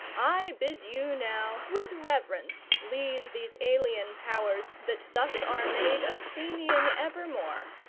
i bid you now with reverence lead these alien powers that thus are made athenian evermore.